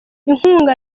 inkunga